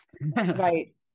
Right